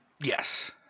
Yes